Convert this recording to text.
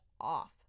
off